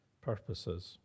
purposes